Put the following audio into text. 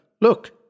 Look